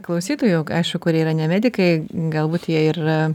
klausytojų aišku kurie yra ne medikai galbūt jie ir